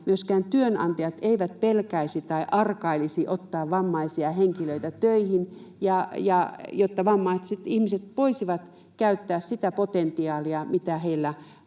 myöskään työnantajat eivät pelkäisi tai arkailisi ottaa vammaisia henkilöitä töihin ja jotta vammaiset ihmiset voisivat käyttää sitä potentiaalia, mitä heillä